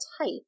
type